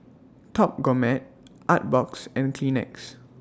Top Gourmet Artbox and Kleenex